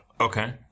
Okay